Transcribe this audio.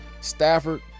Stafford